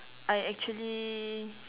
I actually